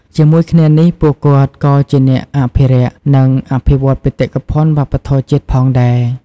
ជាមួយគ្នានេះ ពួកគាត់ក៏ជាអ្នកអភិរក្ស និងអភិវឌ្ឍបេតិកភណ្ឌវប្បធម៌ជាតិផងដែរ។